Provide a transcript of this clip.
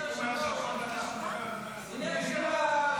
אדוני היושב-ראש,